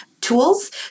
tools